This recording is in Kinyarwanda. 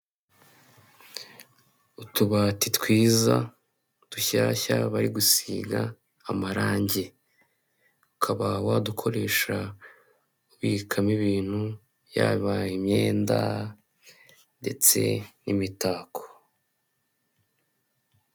Utubati twiza dushyashya bari gusiga amarangi ukaba wadukoresha ubikamo ibintu yaba imyenda, ndetse n'imitako.